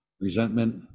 resentment